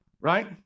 right